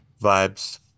Vibes